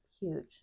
huge